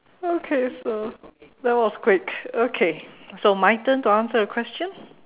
okay so that was quick okay so my turn to answer a question